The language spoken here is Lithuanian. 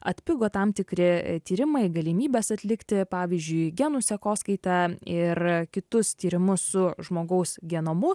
atpigo tam tikri tyrimai galimybės atlikti pavyzdžiui genų sekoskaitą ir kitus tyrimus su žmogaus genomu